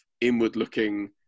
inward-looking